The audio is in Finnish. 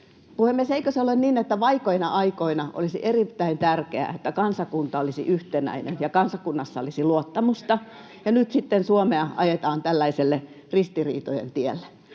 Puhemies! Eikö se ole niin, että vaikeina aikoina olisi erittäin tärkeää, että kansakunta olisi yhtenäinen ja kansakunnassa olisi luottamusta? [Perussuomalaisten ryhmästä: Miettikää sitä!]